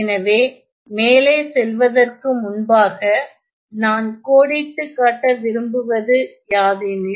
எனவே மேலே செல்வததற்கு முன்பாக நான் கோடிட்டு கட்ட விரும்புவது யாதெனில்